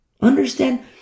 Understand